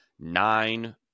nine